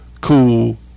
cool